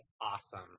awesome